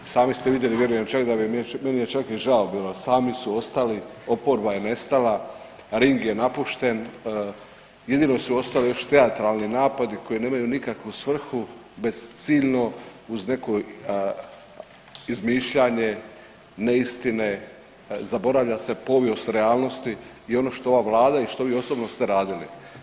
I sami ste vidjeli vjerujem čak da bi, meni je čak i bilo, sami su ostali, oporba je nestala, ring je napušten, jedino su ostali još teatralni napadi koji nemaju nikakvu svrhu bezciljno uz neko izmišljanje neistine, zaboravlja se povijest realnosti i ono što ova vlada i što vi osobno ste radili.